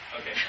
Okay